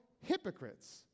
hypocrites